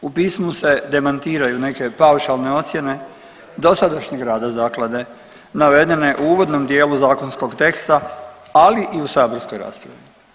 U pismu se demantiraju neke paušalne ocjene dosadašnjeg rada zaklade navedene u uvodnom dijelu zakonskog teksta, ali u saborskoj raspravi.